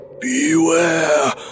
beware